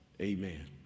amen